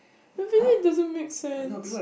it really doesn't make sense